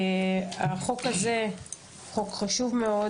החוק הזה הוא חוק חשוב מאוד.